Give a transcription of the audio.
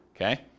Okay